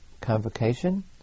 convocation